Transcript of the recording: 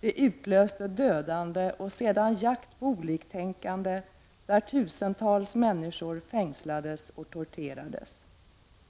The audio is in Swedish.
Det utlöste dödande och sedan jakt på oliktänkande där tusentals människor fängslades och torterades.